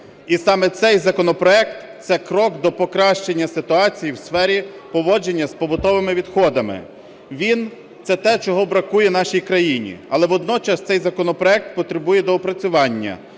І саме цей законопроект – це крок до покращення ситуації в сфері поводження з побутовими відходами. Він це те чого бракує нашій країні. Але водночас цей законопроект потребує доопрацювання.